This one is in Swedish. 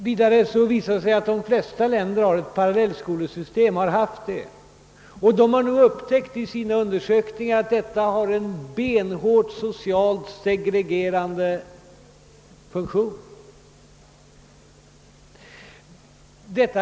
Vidare har de flesta länder haft ett parallellskolesystem och har nu upptäckt i sina undersökningar att detta har en benhårt socialt segregerande effekt.